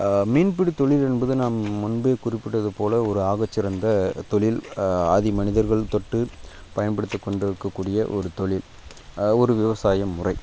மீன்பிடித் தொழில் என்பது நாம் முன்பே குறிப்பிட்டது போல் ஒரு ஆகச் சிறந்த தொழில் ஆதி மனிதர்கள் தொட்டு பயன்படுத்திக் கொண்டிருக்கக்கூடிய ஒரு தொழில் ஒரு விவசாயம் முறை